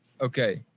Okay